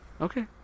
Okay